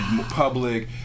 public